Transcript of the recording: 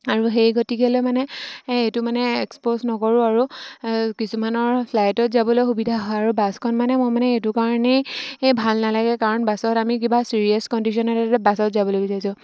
আৰু সেই গতিকেলৈ মানে এইটো মানে এক্সপ'জ নকৰোঁ আৰু কিছুমানৰ ফ্লাইটত যাবলৈ সুবিধা হয় আৰু বাছখন মানে মই মানে এইটো কাৰণেই ভাল নালাগে কাৰণ বাছত আমি কিবা ছিৰিয়াছ কণ্ডিশ্যনতে বাছত যাবলৈ বিচাৰিছোঁ